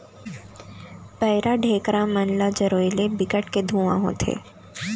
पैरा, ढेखरा मन ल जरोए ले बिकट के धुंआ होथे